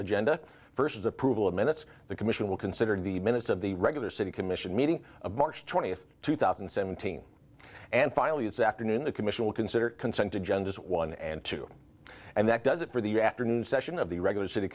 agenda versus approval of minutes the commission will consider the minutes of the regular city commission meeting of march twentieth two thousand and seventeen and finally this afternoon the commission will consider consent agenda one and two and that does it for the afternoon session of the regular city